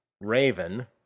Raven